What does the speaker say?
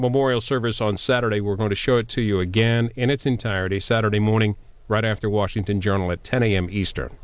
that moral service on saturday we're going to show it to you again in its entirety saturday morning right after washington journal at ten a m easter